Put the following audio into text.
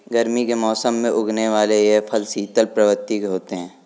गर्मी के मौसम में उगने वाले यह फल शीतल प्रवृत्ति के होते हैं